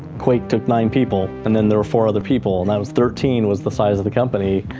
quake took nine people. and then there were four other people, and that was thirteen, was the size of the company,